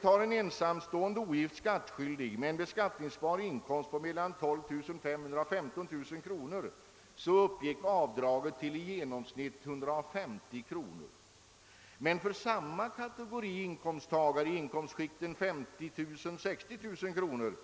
För en ensamstående ogift skattskyldig med en beskattningsbar inkomst på mellan 12 500 och 15 000 kronor uppgick avdraget till i genomsnitt 150 kronor, men för samma kategori inkomsttagare i inkomstskiktet 50 000—60 000 kronor